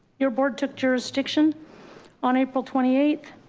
your board took jurisdiction on april twenty eighth.